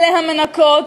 אלה המנקות,